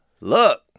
look